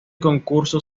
concurso